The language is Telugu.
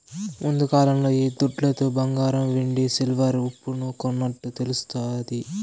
ముందుకాలంలో ఈ దుడ్లతో బంగారం వెండి సిల్వర్ ఉప్పును కొన్నట్టు తెలుస్తాది